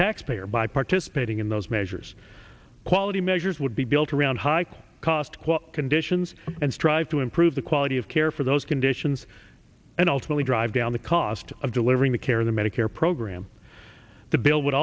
taxpayer by participating in those as yours quality measures would be built around high cost quote conditions and strive to improve the quality of care for those conditions and ultimately drive down the cost of delivering the care in the medicare program the bill would